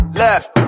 left